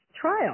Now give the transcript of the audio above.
trial